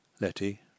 Letty